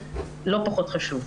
לא פחות חשוב.